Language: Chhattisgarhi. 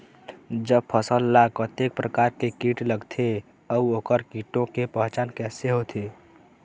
जब फसल ला कतेक प्रकार के कीट लगथे अऊ ओकर कीटों के पहचान कैसे होथे?